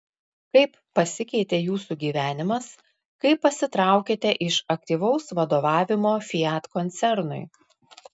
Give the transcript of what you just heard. kaip pasikeitė jūsų gyvenimas kai pasitraukėte iš aktyvaus vadovavimo fiat koncernui